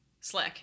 slick